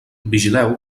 vigileu